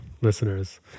listeners